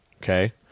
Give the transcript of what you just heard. okay